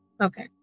Okay